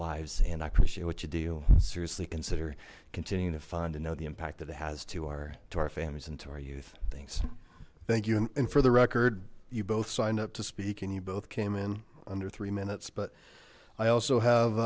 lives and i appreciate what you do seriously consider continuing to find and know the impact that it has to our to our families and to our youth things thank you and for the record you both signed up to speak and you both came in under three minutes but i also have